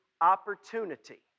opportunity